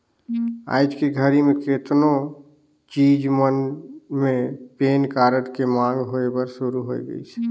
आयज के घरी मे केतनो चीच मन मे पेन कारड के मांग होय बर सुरू हो गइसे